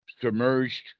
Submerged